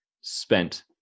spent